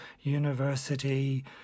university